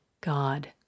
God